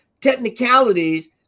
technicalities